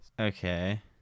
okay